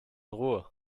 ruhe